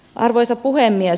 arvoisa puhemies